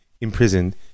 imprisoned